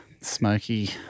smoky